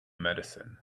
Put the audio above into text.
medicine